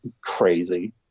crazy